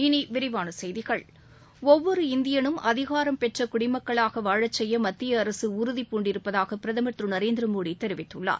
இனி விரிவான செய்திகள் ஒவ்வொரு இந்தியனும் அதிகாரம் பெற்ற குடிமக்களாக வாழச்செய்ய மத்திய அரசு உறுதிபூண்டிருப்பதாக பிரதமர் திரு நரேந்திர மோடி தெரிவித்துள்ளார்